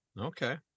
Okay